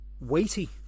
Weighty